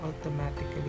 automatically